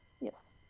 yes